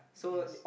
yes